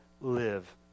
live